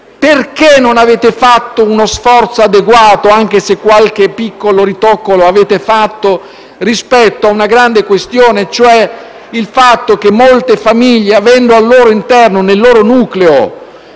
Perché non avete fatto uno sforzo adeguato (anche se qualche piccolo ritocco lo avete fatto) rispetto a una grande questione, cioè al fatto che molte famiglie, avendo al loro interno e nel loro nucleo